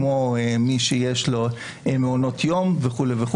כמו מי שיש לו מעונות יום וכולי.